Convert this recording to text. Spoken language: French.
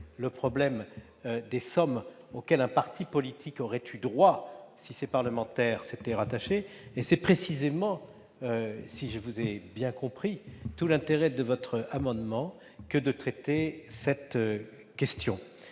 le problème des sommes auxquelles un parti politique aurait eu droit s'il en avait choisi un. C'est précisément, si je l'ai bien compris, tout l'intérêt de votre amendement que de traiter cette question